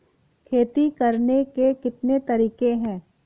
खेती करने के कितने तरीके हैं?